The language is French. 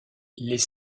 les